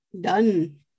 done